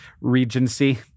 Regency